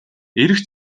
ирэх